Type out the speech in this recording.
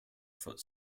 foot